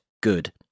Good